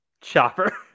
Chopper